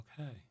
okay